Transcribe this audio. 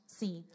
sim